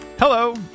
Hello